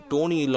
Tony